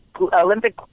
Olympic